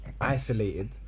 isolated